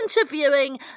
interviewing